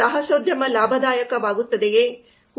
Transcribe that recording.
ಸಾಹಸೋದ್ಯಮ ಲಾಭದಾಯಕವಾಗುತ್ತದೆಯೇ